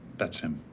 that's him.